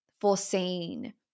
foreseen